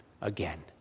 again